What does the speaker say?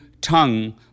tongue